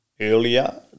earlier